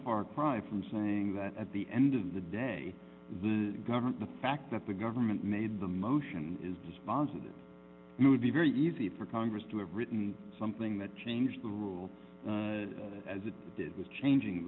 far cry from saying that at the end of the day the government the fact that the government made the motion is dispositive would be very easy for congress to have written something that changed the rule as it did with changing